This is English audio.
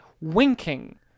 winking